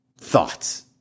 Thoughts